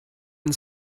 had